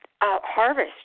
harvest